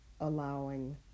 allowing